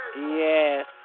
Yes